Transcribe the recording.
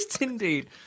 indeed